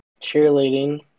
cheerleading